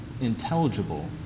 intelligible